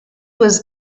was